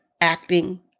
acting